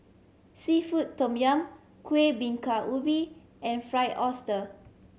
seafood tom yum Kueh Bingka Ubi and Fried Oyster